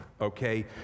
okay